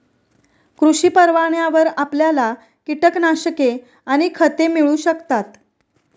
कृषी परवान्यावर आपल्याला कीटकनाशके आणि खते मिळू शकतात